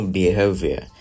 behavior